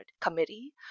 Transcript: committee